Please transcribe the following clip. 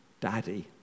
Daddy